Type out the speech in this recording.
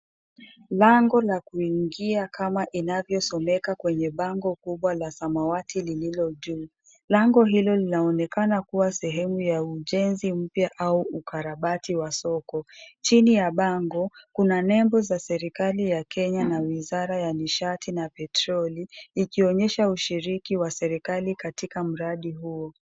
Lango la kuingia kama inavyosomeka kwenye bango kubwa la samawati lililo juu. Lango hilo linaonekana kuwa sehemu ya ujenzi mpya au ukarabati wa soko. Chini ya bango, kuna nembo za serikali ya Kenya na wizara ya nishati na petroli, ikionyesha ushiriki wa serikali katika mradi huo.